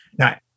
Now